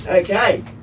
Okay